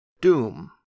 Doom